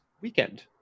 weekend